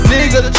Nigga